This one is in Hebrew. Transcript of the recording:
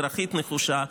אזרחית נחושה,